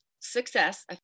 Success